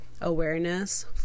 awareness